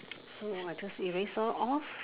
so I just erase off